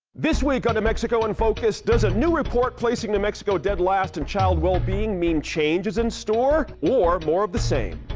this week on new mexico in focus, does a new report placing new mexico dead last in childhood well-being mean change is in store? or more of the same?